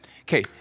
Okay